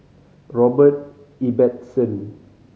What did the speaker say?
Robert Ibbetson